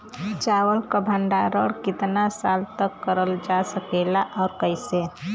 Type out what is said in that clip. चावल क भण्डारण कितना साल तक करल जा सकेला और कइसे?